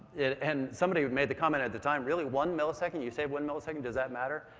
and somebody made the comment at the time, really, one millisecond, you save one millisecond, does that matter?